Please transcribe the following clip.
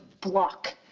block